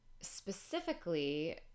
specifically